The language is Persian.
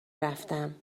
رفتم